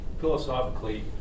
Philosophically